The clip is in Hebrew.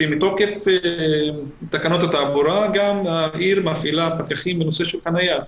שמתוקף תקנות התעבורה העיר מפעילה פקחים בנושא של חניה.